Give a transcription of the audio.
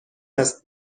است